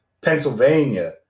Pennsylvania